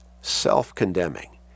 self-condemning